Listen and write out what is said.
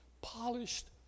polished